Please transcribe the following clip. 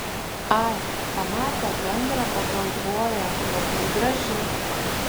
ai pamate gandrą pagalvoja labai graži